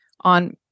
on